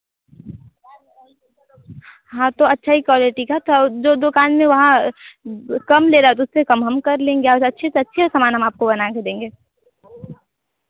हाँ तो अच्छा ही क्वालिटी का तो जो दुकान में वहाँ कम लेरा तो उससे कम हम कर लेंगे और अच्छे से अच्छे समान हम आपको बना के देंगे